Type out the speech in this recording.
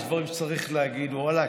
יש דברים שבהם צריך להגיד, ואלכ.